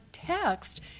Text